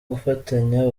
gufatanya